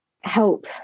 help